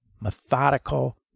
methodical